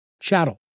chattel